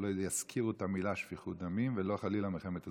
שלא יזכירו את המילים "שפיכות דמים" ולא חלילה "מלחמת אזרחים".